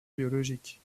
biologique